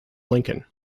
lincoln